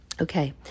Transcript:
Okay